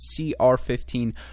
CR15